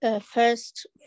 first